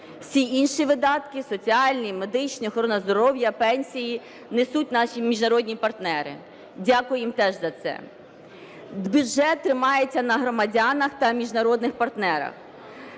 Всі інші видатки – соціальні, медичні, охорона здоров'я, пенсії – несуть наші міжнародні партнери. Дякую їм теж за це. Бюджет тримається на громадянах та міжнародних партнерах,